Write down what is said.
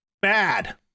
Bad